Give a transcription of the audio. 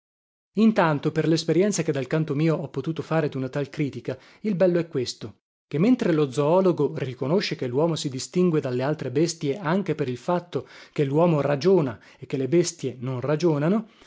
intanto per lesperienza che dal canto mio ho potuto fare duna tal critica il bello è questo che mentre lo zoologo riconosce che luomo si distingue dalle altre bestie anche per il fatto che luomo ragiona e che le bestie non ragionano